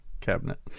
cabinet